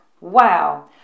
wow